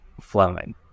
flowing